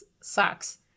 sucks